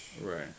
Right